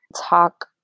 talk